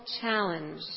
challenge